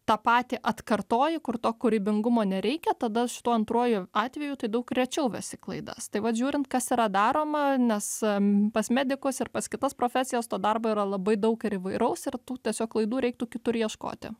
tą patį atkartoji kur to kūrybingumo nereikia tada šituo antruoju atveju tai daug rečiau vesi klaidas tai vat žiūrint kas yra daroma nes pas medikus ir pas kitas profesijas to darbo yra labai daug ir įvairaus ir tų tiesiog klaidų reiktų kitur ieškoti